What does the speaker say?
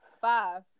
five